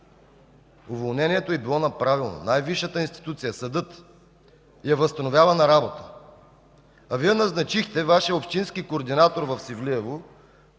Уволнението е било неправилно. Най-висшата институция – съдът, я възстановява на работа, а Вие назначихте Вашия общински координатор в Севлиево